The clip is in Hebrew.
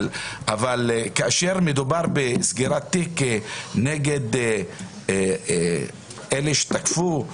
אבל כאשר מדובר בסגירת תיק נגד אלה שהשתתפו,